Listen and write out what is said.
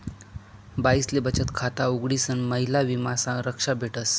बाईसले बचत खाता उघडीसन महिला विमा संरक्षा भेटस